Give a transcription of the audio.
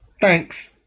Thanks